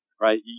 right